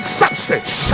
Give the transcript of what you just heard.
substance